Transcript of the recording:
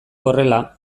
horrela